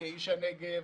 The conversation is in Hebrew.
כאיש הנגב,